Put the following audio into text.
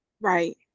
Right